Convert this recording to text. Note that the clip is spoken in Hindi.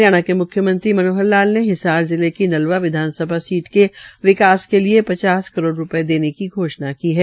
हरियाणा के मुख्यमंत्री मनोहर लाल ने हिसार जिले की नलवा विधानसभा सीट के विकास के लिए पचास करोड़ देने की घोषणा की है